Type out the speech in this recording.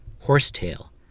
Horsetail